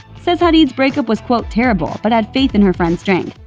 said hadid's breakup was quote terrible but had faith in her friend's strength.